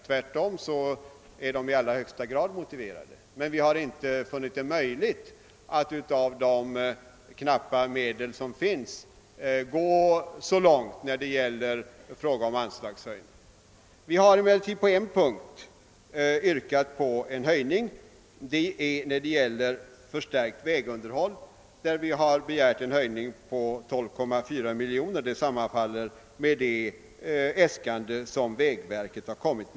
Tvärtom är de i allra högsta grad motiverade. Men vi har inte funnit det möjligt att med hänsyn till de knappa medel som står till förfogande gå så långt i fråga om höjningar av anslagen. Vi har emellertid på en punkt yrkat på en höjning. Det gäller förstärkt vägunderhåll, där vi begärt en höjning med 12,4 miljoner kronor. Det yrkandet sammanfaller med det äskande som vägverket har framlagt.